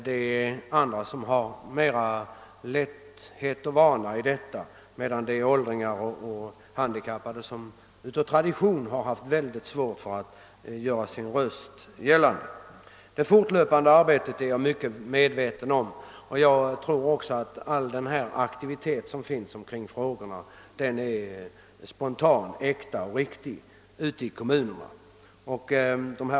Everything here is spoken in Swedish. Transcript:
Det finns andra som med större lätthet och vana kan göra detta. Åldringar och handikappade har av tradition haft stora svårigheter att göra sin röst hörd. Jag är mycket medveten om vikten av det fortlöpande arbetet. Jag tror också att den aktivitet som förekommer i dessa frågor ute i kommunerna är spontan och riktig.